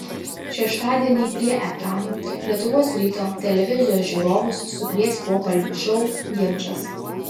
šeštadienį prie ekranų lietuvos ryto televizijos žiūrovus sukvies pokalbių šou ginčas